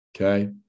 okay